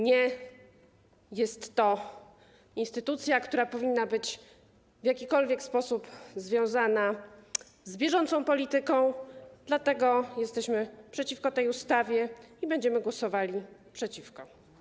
Nie jest to instytucja, która powinna być w jakikolwiek sposób związana z bieżącą polityką, dlatego jesteśmy przeciwko tej ustawie i będziemy głosowali przeciwko.